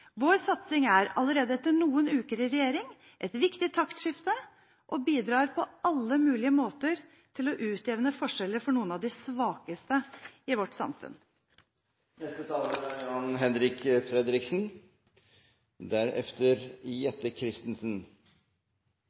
Vår satsing er allerede etter noen uker i regjering et viktig taktskifte – og bidrar på alle mulige måter til å utjevne forskjeller for noen av de svakeste i vårt